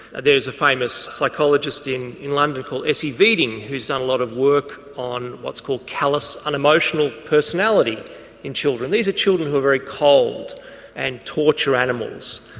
there's a famous psychologist in in london called essi viding who's done a lot of work on what's called callous unemotional personality in children. these are children who are very cold and torture animals,